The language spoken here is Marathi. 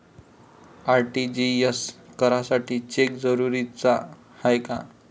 आर.टी.जी.एस करासाठी चेक जरुरीचा हाय काय?